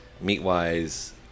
meat-wise